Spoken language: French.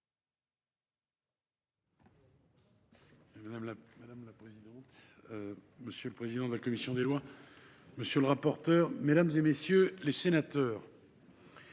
Madame la présidente, monsieur le président de la commission des lois, monsieur le rapporteur, mesdames, messieurs les sénateurs,